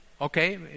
Okay